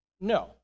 No